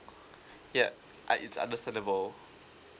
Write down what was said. yeah I it's understandable